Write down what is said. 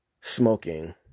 smoking